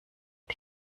die